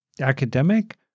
academic